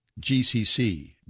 GCC